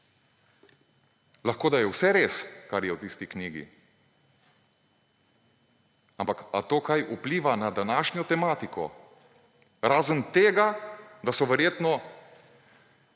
Lahko, da je vse res, kar je v tisti knjigi. Ampak a to kaj vpliva na današnjo tematiko, razen tega, da so verjetno